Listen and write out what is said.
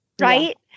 right